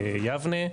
יבנה.